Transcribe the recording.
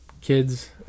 kids